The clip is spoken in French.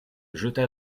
jeta